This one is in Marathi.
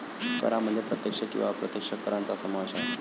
करांमध्ये प्रत्यक्ष किंवा अप्रत्यक्ष करांचा समावेश आहे